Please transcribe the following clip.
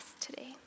today